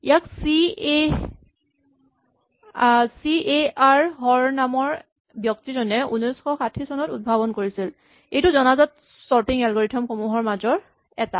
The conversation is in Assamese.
ইয়াক চি এ আৰ হৰ নামৰ ব্যক্তিজনে ১৯৬০ চনত উদ্ভাৱন কৰিছিল এইটো জনাজাত চৰ্টিং এলগৰিথম সমূহৰ মাজৰ এটা